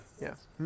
Yes